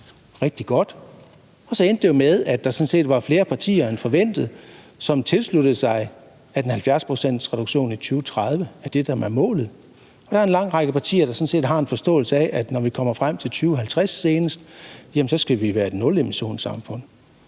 rigtig godt – og så endte det med, at der sådan set var flere partier end forventet, som tilsluttede sig, at en 70-procentsreduktion i 2030 er det, der er målet. Der er en lang række partier, der sådan set har en forståelse af, at vi, senest når vi kommer frem til 2050, skal være et nulemissionssamfund.